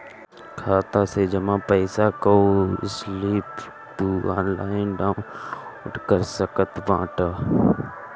खाता से जमा पईसा कअ स्लिप तू ऑनलाइन डाउन लोड कर सकत बाटअ